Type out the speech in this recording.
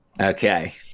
Okay